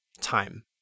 Time